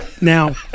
Now